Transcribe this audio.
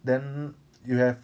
then you have